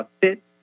fit